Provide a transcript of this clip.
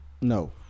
No